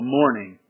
morning